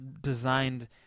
designed –